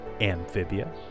Amphibia